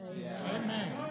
Amen